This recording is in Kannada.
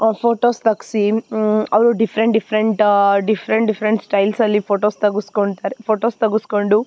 ಅವ್ರ ಫೋಟೋಸ್ ತೆಗ್ಸಿ ಅವರು ಡಿಫ್ರೆಂಟ್ ಡಿಫ್ರೆಂಟ್ ಡಿಫ್ರೆಂಟ್ ಡಿಫ್ರೆಂಟ್ ಸ್ಟೈಲ್ಸಲ್ಲಿ ಫೋಟೋಸ್ ತಗುಸ್ಕೊಳ್ತಾರೆ ಫೋಟೋಸ್ ತಗೆಸ್ಕೊಂಡು